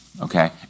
okay